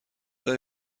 داری